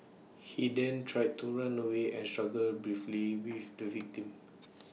he then tried to run away and struggled briefly with the victim